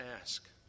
ask